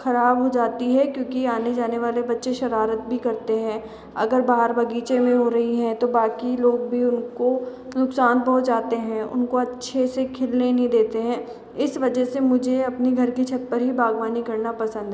ख़राब हो जाती है क्योंकि आने जाने वाले बच्चे शरारत भी करते हैं अगर बाहर बगीचे में हो रही है तो बाकि लोग भी उनको नुकसान पहुँचाते हैं उनको अच्छे से खिलने नहीं देते हैं इस वजह से मुझे अपनी घर की छत पर ही मुझे बागवानी करना पसंद है